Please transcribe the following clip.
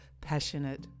passionate